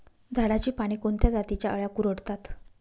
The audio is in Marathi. झाडाची पाने कोणत्या जातीच्या अळ्या कुरडतात?